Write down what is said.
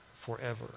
forever